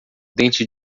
dente